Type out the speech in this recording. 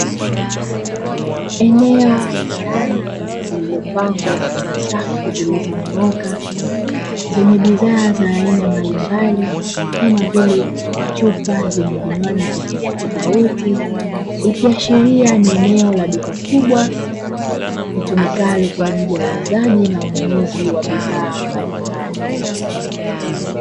Eneo la ndani lililopangwa katika safu zilizonyooka zenye bidhaa za aina mbalimbali kama vile; chupa zenye vinywaji tofauti tofauti, ikiashiria ni eneo la duka kubwa litumikalo kwajili ya uuzaji na ununuzi wa bidhaa mbalimbali.